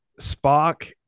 Spock